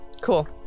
Cool